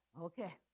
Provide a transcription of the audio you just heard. okay